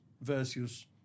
versus